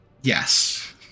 Yes